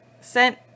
sent